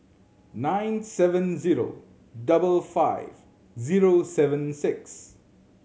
nine seven zero double five zero seven six